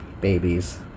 Babies